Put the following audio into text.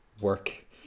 work